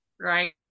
right